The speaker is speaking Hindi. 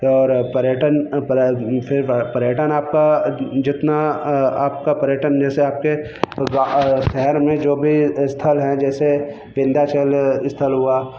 और पर्यटन पर्यटन आपका अ जितना अ आपका पर्यटन जैसे आपके शहर में जो भी स्थल हैं जैसे विंध्याचल स्थल हुआ